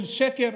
של שקר,